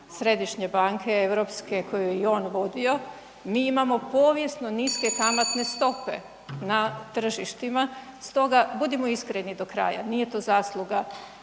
središnje banke i europske koju je i on vodio, mi imamo povijesno niske kamatne stope na tržištima stoga budimo iskreni do kraja, nije to zasluga